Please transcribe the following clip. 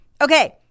Okay